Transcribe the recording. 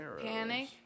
Panic